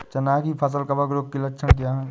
चना की फसल कवक रोग के लक्षण क्या है?